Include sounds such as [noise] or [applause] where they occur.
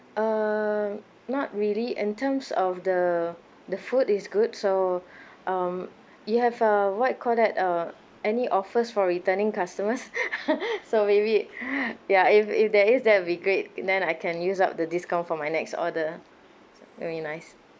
um not really in terms of the the food is good so um you have uh what you call that uh any offers for returning customers [laughs] so maybe yeah if if there is that'll great then I can use up the discount for my next order really nice